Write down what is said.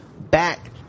back